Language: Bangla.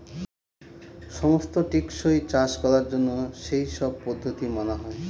সমস্ত টেকসই চাষ করার জন্য সেই সব পদ্ধতি মানা হয়